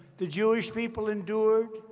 the jewish people endured,